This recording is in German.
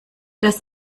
das